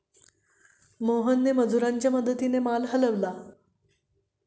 मोहनने मजुरांच्या मदतीने माल हलवला